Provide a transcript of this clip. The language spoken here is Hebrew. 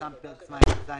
כהגדרתם בפרק ז' לחוק,